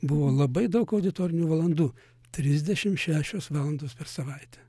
buvo labai daug auditorinių valandų trisdešimt šešios valandos per savaitę